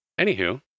Anywho